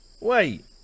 Wait